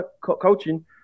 coaching